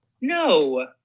no